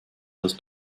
das